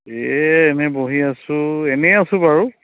ইয়ে এনেই বহি আছো এনেই আছো বাৰু